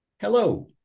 Hello